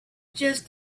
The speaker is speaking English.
just